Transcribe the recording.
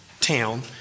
town